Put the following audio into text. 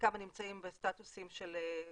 כמה נמצאים בסטטוסים של עובד,